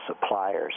suppliers